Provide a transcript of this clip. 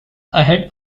ahead